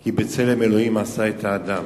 כי בצלם ה' עשה את האדם".